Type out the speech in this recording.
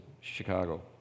Chicago